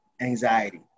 anxiety